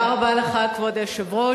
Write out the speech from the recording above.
כבוד היושב-ראש,